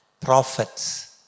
prophets